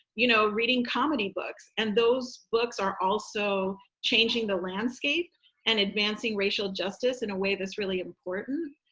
you know, reading comedy books. and those books are also changing the landscape and advancing racial justice in a way that's really important.